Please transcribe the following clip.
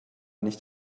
nicht